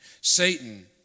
Satan